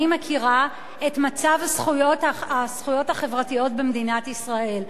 אני מכירה את מצב הזכויות החברתיות במדינת ישראל.